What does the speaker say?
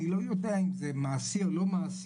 אני לא יודע אם זה מעשי או לא מעשי,